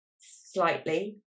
slightly